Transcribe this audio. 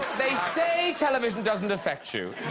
they say television doesn't affect you